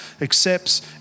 accepts